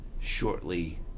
shortly